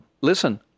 Listen